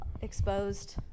exposed